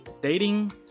Dating